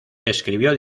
escribió